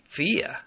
fear